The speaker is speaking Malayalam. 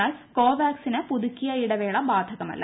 എന്നാൽ കോവാക്സിന് പുതുക്കിയ ഇടവേള ബാധകമല്ല